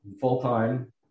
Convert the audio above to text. full-time